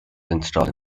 installed